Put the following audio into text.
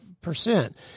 percent